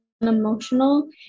emotional